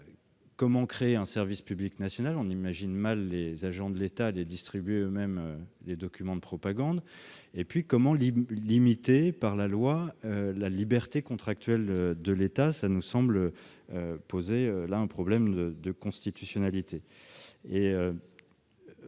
comment créer un service public national de ce type ? On imagine mal les agents de l'État distribuer eux-mêmes ces documents de propagande. Ensuite, comment limiter dans la loi la liberté contractuelle de l'État ? Cela nous semble poser un problème de constitutionnalité.